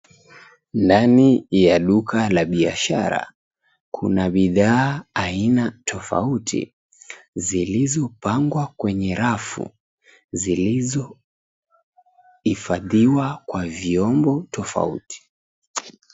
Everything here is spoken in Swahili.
Ndani ya duka la biashara, kuna bidhaa aina tofauti zilizopangwa kwenye rafu, zilizohifadhiwa kwa vyombo tofauti.